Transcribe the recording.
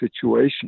situation